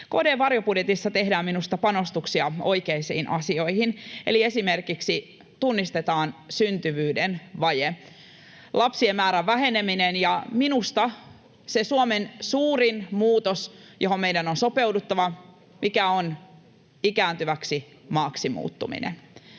KD:n varjobudjetissa tehdään minusta panostuksia oikeisiin asioihin, eli esimerkiksi tunnistetaan syntyvyyden vaje, lapsien määrän väheneminen, ja minusta se Suomen suurin muutos, johon meidän on sopeuduttava, on ikääntyväksi maaksi muuttuminen.